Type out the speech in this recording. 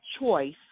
choice